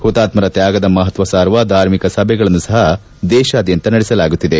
ಪುತಾತ್ನರ ತ್ಯಾಗದ ಮಹತ್ವ ಸಾರುವ ಧಾರ್ಮಿಕ ಸಭೆಗಳನ್ನು ಸಹ ದೇಶಾದ್ಯಂತ ನಡೆಸಲಾಗುತ್ತಿದೆ